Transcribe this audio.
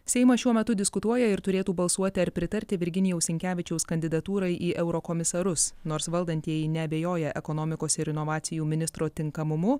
seimas šiuo metu diskutuoja ir turėtų balsuoti ar pritarti virginijaus sinkevičiaus kandidatūrai į eurokomisarus nors valdantieji neabejoja ekonomikos ir inovacijų ministro tinkamumu